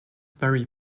very